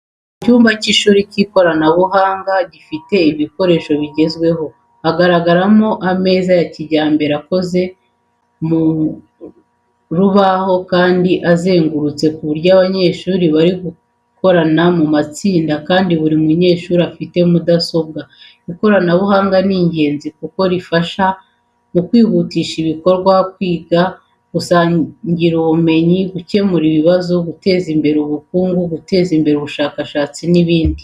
Mu cyumba cy’ishuri cy’ikoranabuhanga gifite ibikoresho bigezweho. Haragaragaramo ameza ya kijyambere akoze mu rubaho kandi azengurutse ku buryo abanyeshuri bari gukorana mu matsinda kandi buru munyeshuri afite mudasobwa. Ikoranabuhanga ni ingenzi cyane kuko rifasha mu kwihutisha ibikorwa, kwiga no gusangira ubumenyi, gukemura ibibazo, guteza imbere ubukungu, guteza imbere ubushakashatsi, n'ibindi.